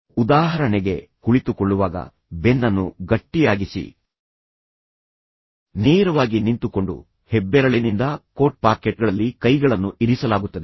ಉದಾಹರಣೆಗೆ ಕುಳಿತುಕೊಳ್ಳುವಾಗ ಬೆನ್ನನ್ನು ಗಟ್ಟಿಯಾಗಿಸಿ ನೇರವಾಗಿ ನಿಂತುಕೊಂಡು ಹೆಬ್ಬೆರಳಿನಿಂದ ಕೋಟ್ ಪಾಕೆಟ್ಗಳಲ್ಲಿ ಕೈಗಳನ್ನು ಇರಿಸಲಾಗುತ್ತದೆ